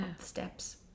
steps